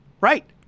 Right